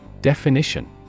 Definition